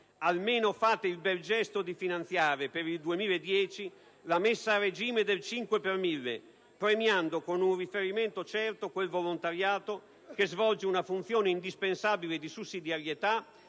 almeno fate il bel gesto di finanziare, per l'anno 2010, la messa a regime del 5 per mille, premiando con un riferimento certo quel volontariato che svolge una funzione indispensabile di sussidiarietà,